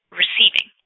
receiving